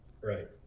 Right